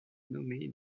nommée